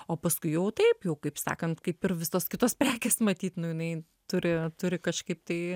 o paskui jau taip jau kaip sakant kaip ir visos kitos prekės matyt nu jinai turi turi kažkaip tai